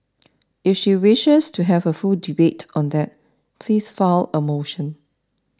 if she wishes to have a full debate on that please file a motion